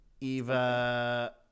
eva